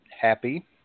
happy